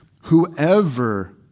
whoever